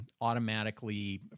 automatically